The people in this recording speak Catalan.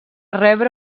rebre